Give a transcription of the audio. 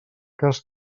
cas